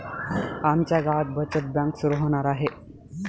आमच्या गावात बचत बँक सुरू होणार आहे